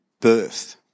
birth